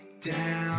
down